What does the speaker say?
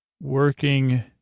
Working